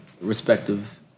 respective